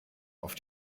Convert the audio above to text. auf